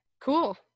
cool